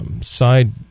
side